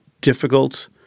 difficult